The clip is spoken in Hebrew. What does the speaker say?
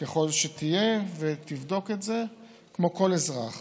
ככל שתהיה, ותבדוק את זה, כמו כל אזרח.